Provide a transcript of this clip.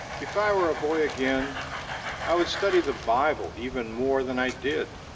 if i were a boy again i would study the bible even more than i did.